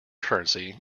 currency